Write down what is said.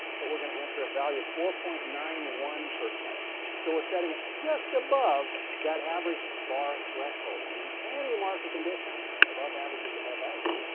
but we're going to enter a value of four point nine one. so we're setting it just above that average bar threshold. and in any market condition, above average is above average.